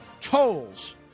tolls